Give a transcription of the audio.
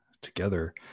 together